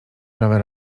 prawe